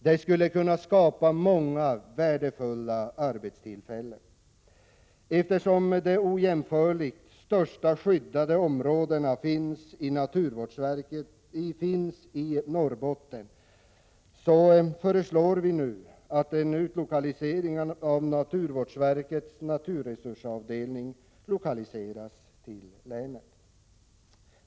Det skulle kunna skapa många värdefulla arbetstillfällen. Eftersom de ojämförligt största skyddade områdena finns i Norrbotten, föreslår vi att en utlokalisering av naturvårdsverkets naturresursavdelning sker till länet.